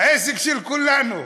עסק של כולנו.